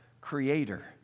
creator